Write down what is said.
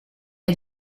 est